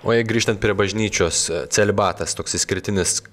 o jei grįžtant prie bažnyčios celibatas toks išskirtinis